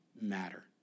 matter